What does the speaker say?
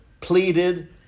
pleaded